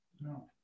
No